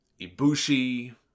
Ibushi